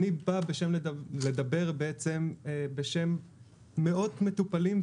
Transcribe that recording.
אני בא לדבר בעצם בשם מאות מטופלים,